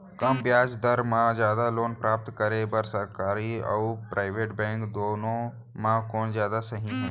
कम ब्याज दर मा जादा लोन प्राप्त करे बर, सरकारी अऊ प्राइवेट बैंक दुनो मा कोन जादा सही हे?